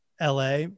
LA